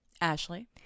Ashley